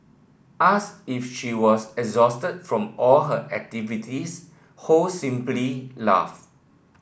ask if she was exhausted from all her activities Ho simply laughed